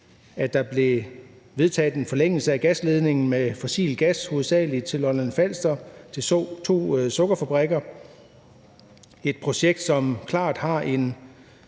at der blev vedtaget en forlængelse af gasledningen med fossilgas hovedsagelig til Lolland og Falster til to sukkerfabrikker. Det er et projekt, som klart har en